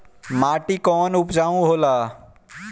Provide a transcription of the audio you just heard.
माटी कौन उपजाऊ होला?